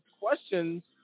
questions